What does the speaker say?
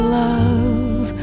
love